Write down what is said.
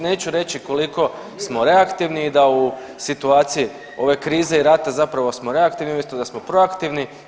Neću reći koliko smo reaktivni i da u situaciji ove krize i rata zapravo smo reaktivni umjesto da smo proaktivni.